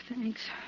Thanks